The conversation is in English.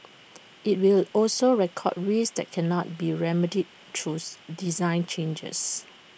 IT will also record risks that cannot be remedied truth design changes